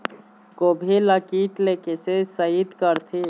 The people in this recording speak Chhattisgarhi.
गोभी ल कीट ले कैसे सइत करथे?